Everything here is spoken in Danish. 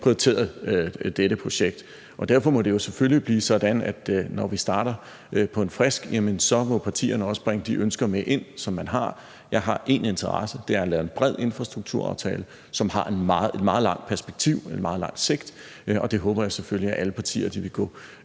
prioriteret dette projekt. Derfor må det jo selvfølgelig blive sådan, at når vi starter på en frisk, ja, så må partierne også bringe de ønsker med ind, som man har. Jeg har én interesse. Det er at lave en bred infrastrukturaftale, som har et meget langt perspektiv, et meget lang sigt, og det håber jeg selvfølgelig at alle partier vil gå